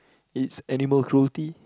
it's animal cruelty